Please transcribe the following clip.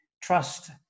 trust